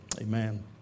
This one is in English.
Amen